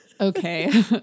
Okay